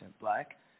black